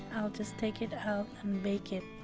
i'll just take it out and bake it